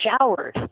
showered